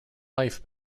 life